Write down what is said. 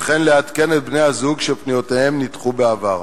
וכן לעדכן את בני-הזוג שפניותיהם נדחו בעבר,